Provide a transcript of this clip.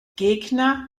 gegner